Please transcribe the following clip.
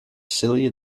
silly